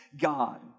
God